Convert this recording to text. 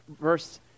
verse